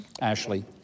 Ashley